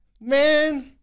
Man